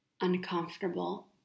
uncomfortable